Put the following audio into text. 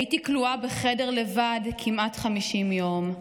הייתי כלואה בחדר לבד כמעט 50 יום.